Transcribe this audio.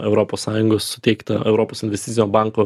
europos sąjungos suteiktą europos investicinio banko